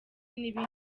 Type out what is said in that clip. n’ibindi